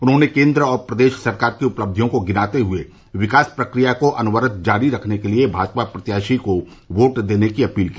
उन्होंने केन्द्र और प्रदेश सरकार की उपलब्धियों को गिनाते हुए विकास प्रक्रिया को अनवरत जारी रखने के लिये भाजपा प्रत्याशी को वोट देने की अपील की